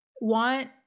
want